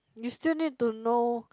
you still need to know